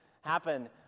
happen